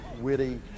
witty